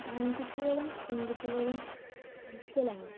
ആൺകുട്ടികളും പെൺകുട്ടികളും ഈക്വൽ ആണ്